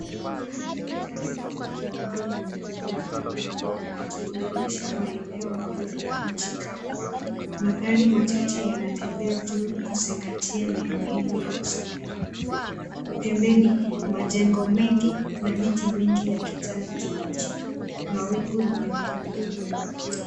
Daraja refu likivuka maji ya bahari ya blue likiunganisha maeneo mawili ya nchi kavu, magari machache yanatembea juu kuzingatia ni umuhimu wa usafiri. Pembeni majengo mengi na miti mingi ya kijani kibichi, mawingu ni meupe meupe.